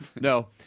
no